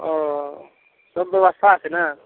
ओ सब बेबस्था छै ने